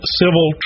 civil